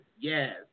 Yes